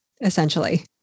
Essentially